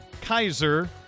Kaiser